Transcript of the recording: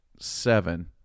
seven